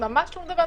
זאת המציאות.